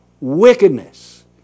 wickedness